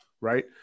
right